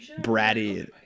bratty